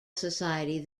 society